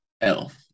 Elf